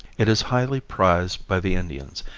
it is highly prized by the indians,